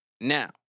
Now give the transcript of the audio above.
Now